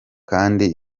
kandi